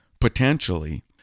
potentially